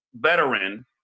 veteran